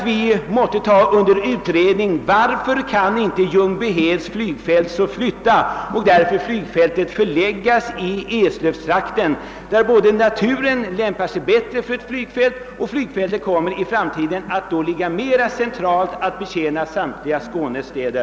Vi måste också utreda varför man inte kan flytta militärflygfältet från Ljungbyhed och därefter förlägga ersättningsflygplatsen för Bulltofta = till Eslövstrakten, som lämpar sig bättre för ett flygfält. Då skulle fältet också i framtiden komma att ligga mera centralt för att kunna betjäna samtliga Skånes städer.